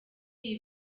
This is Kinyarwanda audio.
iyi